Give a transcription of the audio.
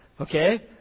Okay